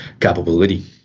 capability